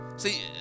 See